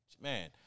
Man